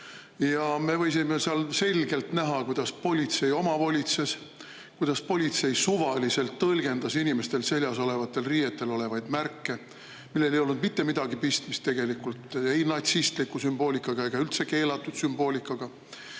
Me võisime seal selgelt näha, kuidas politsei omavolitses, kuidas politsei suvaliselt tõlgendas inimestel seljas olevatel riietel olevaid märke, millel ei olnud mitte midagi pistmist ei natsistliku sümboolikaga ega üldse keelatud sümboolikaga.